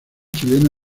chilena